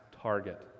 target